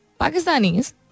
Pakistanis